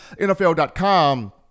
nfl.com